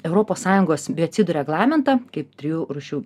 europos sąjungos biocidų reglamentą kaip trijų rūšių